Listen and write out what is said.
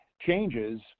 changes